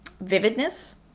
vividness